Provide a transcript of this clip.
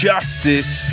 Justice